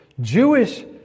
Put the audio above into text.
Jewish